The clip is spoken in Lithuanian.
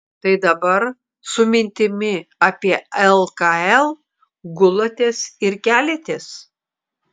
tai dabar su mintimi apie lkl gulatės ir keliatės